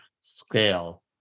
scale